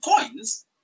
coins